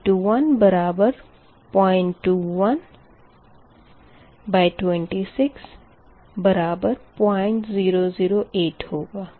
∆V2 बराबर 02126 0008 होगा